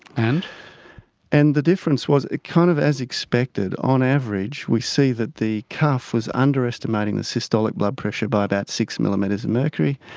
and and the difference was kind of as expected. on average we see that the cuff was underestimating the systolic blood pressure by about six millimetres of mercury,